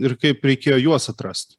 ir kaip reikėjo juos atrast